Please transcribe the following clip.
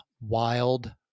wild